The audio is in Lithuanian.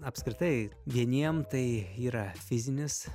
apskritai vieniem tai yra fizinis